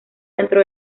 dentro